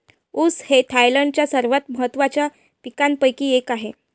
ऊस हे थायलंडच्या सर्वात महत्त्वाच्या पिकांपैकी एक आहे